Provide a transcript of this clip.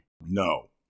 No